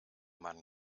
man